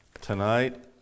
tonight